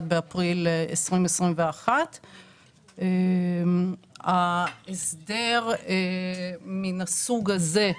1 באפריל 2021. ההסדר מן הסוג הזה,